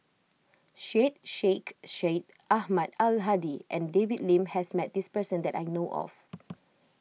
Syed Sheikh Syed Ahmad Al Hadi and David Lim has met this person that I know of